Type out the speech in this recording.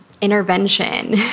intervention